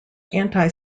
anti